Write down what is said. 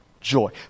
Joy